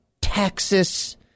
Texas